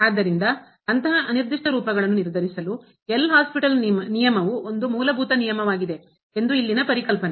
ಆದ್ದರಿಂದ ಅಂತಹ ಅನಿರ್ದಿಷ್ಟ ರೂಪಗಳನ್ನು ನಿರ್ಧರಿಸಲು ಎಲ್ ಹಾಸ್ಪಿಟಲ್ ನಿಯಮವು ಒಂದು ಮೂಲಭೂತ ನಿಯಮವಾಗಿದೆ ಎಂದು ಇಲ್ಲಿನ ಪರಿಕಲ್ಪನೆ